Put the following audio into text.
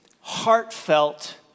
heartfelt